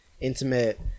intimate